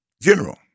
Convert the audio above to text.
general